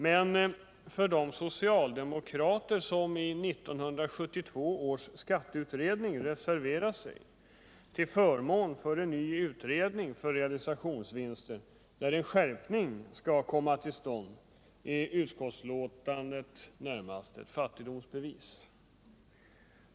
Men för de socialdemokrater som i 1972 års skatteutredning reserverat sig till förmån för en ny utredning om realisationsvinster, där en skärpning skall komma till stånd, är utskottsbetänkandet närmast ett fattigdomsbevis.